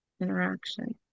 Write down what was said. interaction